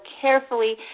carefully